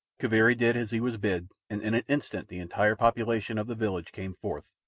kaviri did as he was bid, and in an instant the entire population of the village came forth,